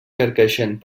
carcaixent